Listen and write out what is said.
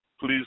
Please